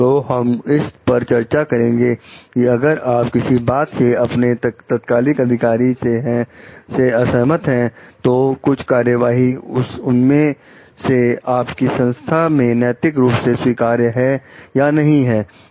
तो हम इस पर चर्चा करेंगे कि अगर आप किसी बात से अपने तत्कालिक अधिकारी से हैं असहमत हैं तो कुछ कार्यवाही उनमें से आपकी संस्था में नैतिक रूप से स्वीकार्य है या नहीं है